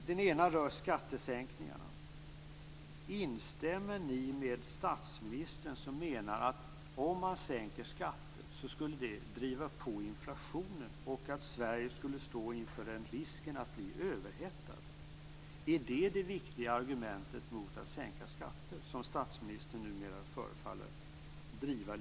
Den ena frågan rör skattesänkningarna: Instämmer ni med statsministern, som menar att en sänkning av skatterna skulle driva på inflationen och att Sverige skulle stå inför risken för en överhettning? Jag undrar alltså om detta är det viktiga argumentet mot att sänka skatter, en linje som statsministern numera förefaller driva.